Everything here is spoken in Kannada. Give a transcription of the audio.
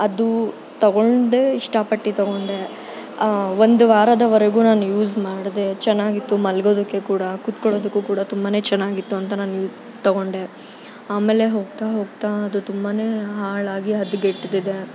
ಅದು ತೊಗೊಂಡೆ ಇಷ್ಟಪಟ್ಟು ತೊಗೊಂಡೆ ಒಂದು ವಾರದವರೆಗೂ ನಾನು ಯೂಸ್ ಮಾಡಿದೆ ಚೆನ್ನಾಗಿತ್ತು ಮಲ್ಗೋದಕ್ಕೆ ಕೂಡ ಕುತ್ಕೊಳೋದಕ್ಕೂ ಕೂಡ ತುಂಬಾ ಚೆನ್ನಾಗಿತ್ತು ಅಂತ ನಾನು ತೊಗೊಂಡೆ ಆಮೇಲೆ ಹೋಗ್ತಾ ಹೋಗ್ತಾ ಅದು ತುಂಬ ಹಾಳಾಗಿ ಹದಗೆಟ್ತಿದೆ